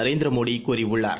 நரேந்திரமோடிகூறியுள்ளார்